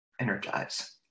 energize